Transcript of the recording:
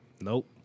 Nope